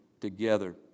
together